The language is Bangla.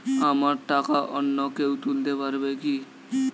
আমার টাকা অন্য কেউ তুলতে পারবে কি?